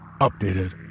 Updated